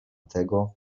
tego